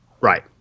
right